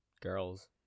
girls